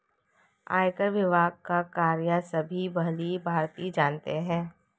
आयकर विभाग का कार्य सभी भली भांति जानते हैं